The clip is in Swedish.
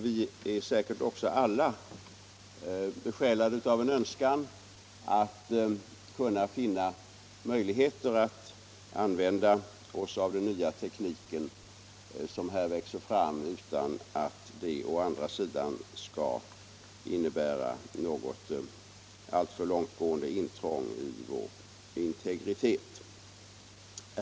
Vi är säkert också alla besjälade av en önskan att finna möjligheter att använda oss av den nya teknik som här växer fram utan att det å andra sidan skall innebära något alltför långtgående intrång i vår integritet.